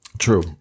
true